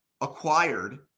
acquired